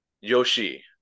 yoshi